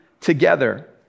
together